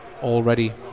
already